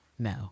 No